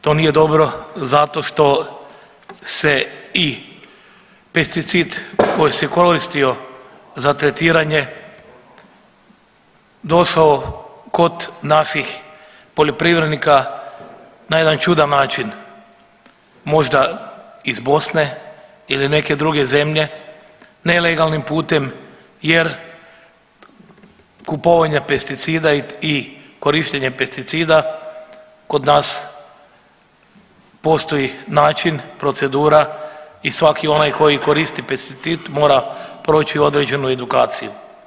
To nije dobro, to nije dobro zato što se i pesticid koji se koristio za tretiranje došao kod naših poljoprivrednika na jedan čudan način, možda iz Bosne ili neke druge zemlje nelegalnim putem jer kupovanje pesticida i korištenje pesticida kod nas postoji način, procedura i svaki onaj koji koristi pesticid mora proći određenu edukaciju.